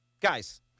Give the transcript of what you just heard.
Guys